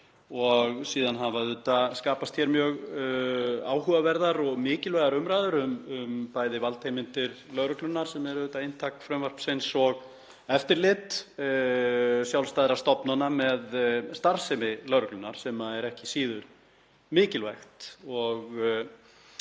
og síðan hafa auðvitað skapast mjög áhugaverðar og mikilvægar umræður um bæði valdheimildir lögreglunnar, sem er inntak frumvarpsins, og eftirlit sjálfstæðra stofnana með starfsemi lögreglunnar sem er ekki síður mikilvægt